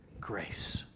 grace